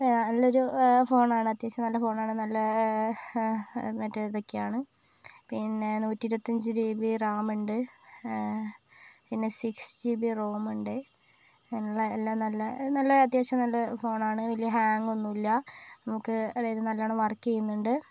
നല്ലൊരു ഫോണാണ് അത്യാവശ്യം നല്ല ഫോണാണ് നല്ലേ മറ്റേ ഇതൊക്കെയാണ് പിന്നെ നൂറ്റി ഇരുപത്തിയഞ്ച് ജി ബി റാം ഉണ്ട് സിക്സ് ജി ബി റോം ഉണ്ട് എല്ലാം നല്ല നല്ല അത്യാവശ്യം നല്ല ഫോണാണ് വലിയ ഹാങ്ങ് ഒന്നുമില്ല നമുക്ക് നല്ലവണ്ണം വർക്ക് ചെയ്യുന്നുണ്ട്